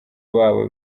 babo